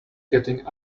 getting